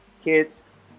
kids